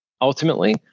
ultimately